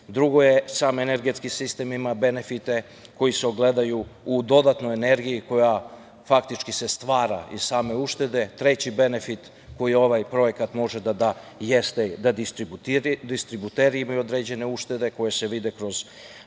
Drugo, sam energetski sistem ima benefite koji se ogledaju u dodatnoj energiji koja se faktički stvara iz same uštede. Treći benefit koji ovaj projekat može da da jeste da distributeri imaju određene uštede koje se vide kroz